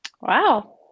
Wow